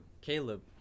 Caleb